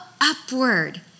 upward